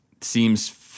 seems